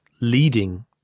leading